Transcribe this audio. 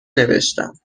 نوشتم